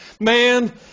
Man